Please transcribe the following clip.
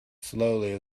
slowly